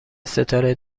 ستاره